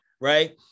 right